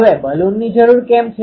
હવે બલુનની જરૂર કેમ છે